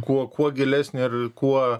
kuo kuo gilesnė ir kuo